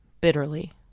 bitterly